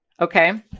okay